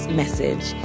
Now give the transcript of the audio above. message